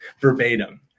verbatim